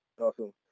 Awesome